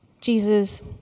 Jesus